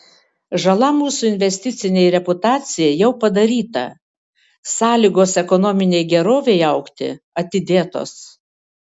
žala mūsų investicinei reputacijai jau padaryta sąlygos ekonominei gerovei augti atidėtos